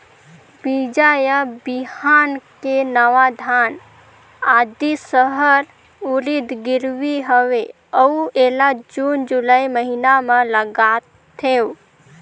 बीजा या बिहान के नवा धान, आदी, रहर, उरीद गिरवी हवे अउ एला जून जुलाई महीना म लगाथेव?